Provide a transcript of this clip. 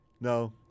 No